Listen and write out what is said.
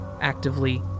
actively